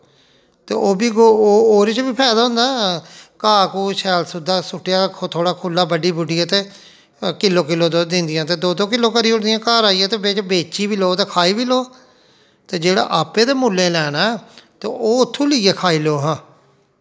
ते ओह् बी ओह्दे च बी फायदा होंदा घाऽ घूऽ शैल सुद्दा सु'ट्टेआ थोहाड़ा खुल्ला ब'ड्डी बुड्डियै ते किल्लो किल्लो दुद्ध दिंदियां ते दो दो किल्लो करी ओड़दियां घाऽ लाइयै ते बिच्च बेच्ची बी लो ते खाई बी लो ते जेह्ड़ा आपैं ते मुल्लैं लैना ऐ ते ओह् उत्थूं लेइयै खाई लैओ हां